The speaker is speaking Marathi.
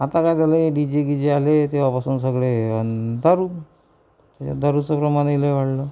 आता काय झालंय डी जे गीजे आले तेव्हापासून सगळे दारू दारूचं प्रमाणही लय वाढलं